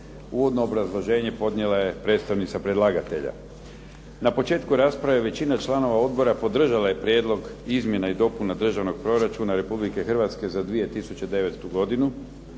Uvodno obrazloženje podnijela je predstavnica predlagatelja. Na početku rasprave većina članova odbora podržala je Prijedlog izmjena i dopuna Državnog proračuna Republike Hrvatske za 2009. godinu